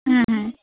হ্যাঁ হ্যাঁ